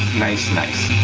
nice, nice.